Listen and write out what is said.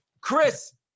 Chris